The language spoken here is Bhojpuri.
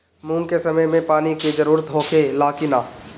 मूंग के समय मे पानी के जरूरत होखे ला कि ना?